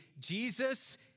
Jesus